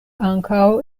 ankaŭ